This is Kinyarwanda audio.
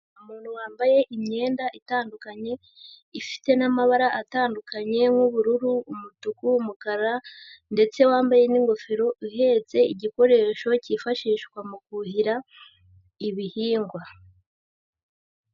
Umuntu wambaye imyenda itandukanye ifite n'amabara atandukanye nk'ubururu, umutuku, umukara ndetse wambaye n'ingofero uhetse igikoresho cyifashishwa mu kuhira ibihingwa.